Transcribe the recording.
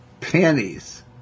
pennies